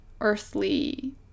earthly